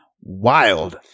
wild